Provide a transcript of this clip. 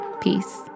Peace